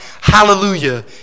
Hallelujah